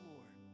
Lord